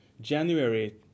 January